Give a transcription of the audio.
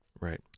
Right